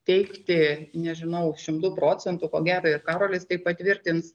teigti nežinau šimtu procentų ko gero ir karolis tai patvirtins